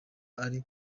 ari